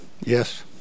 Yes